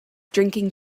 drinking